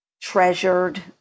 treasured